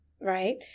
right